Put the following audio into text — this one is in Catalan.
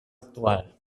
actual